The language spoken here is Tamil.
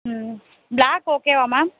ம் ப்ளாக் ஓகேவா மேம்